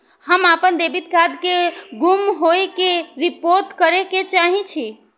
हम अपन debit card के गुम होय के रिपोर्ट करे के चाहि छी